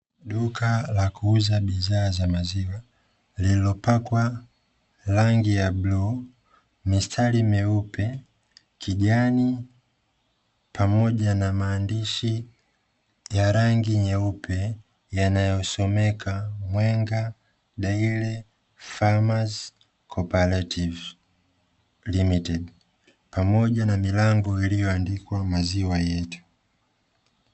Duka la kuuza bidhaa za maziwa lililopakwa rangi ya bluu, mistari meupe, kijani pamoja na maandishi ya rangi nyeupe yanayosomeka “Mwenga daily farmers cooperative limited” pamoja na milango iliyoandikwa maziwa yetu.